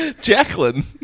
Jacqueline